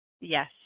Yes